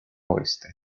oeste